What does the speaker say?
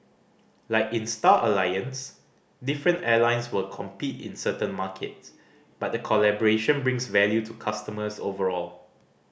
like in Star Alliance different airlines will compete in certain markets but the collaboration brings value to customers overall